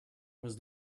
was